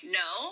no